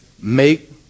Make